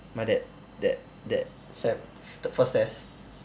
my that that that sem the first test